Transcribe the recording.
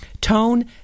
Tone